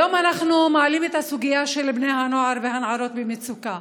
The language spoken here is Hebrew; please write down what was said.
היום אנחנו מעלים את הסוגיה של בני הנוער והנערות במצוקה,